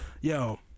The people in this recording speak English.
yo